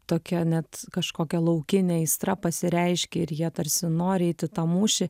tokia net kažkokia laukinė aistra pasireiškia ir jie tarsi nori eit į tą mūšį